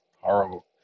horrible